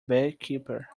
barkeeper